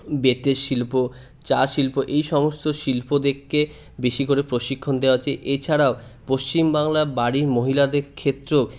বেতের শিল্প চা শিল্প এই সমস্ত শিল্পদেককে বেশি করে প্রশিক্ষণ দেওয়া হচ্ছে এছাড়াও পশ্চিমবাংলার বাড়ির মহিলাদের ক্ষেত্রেও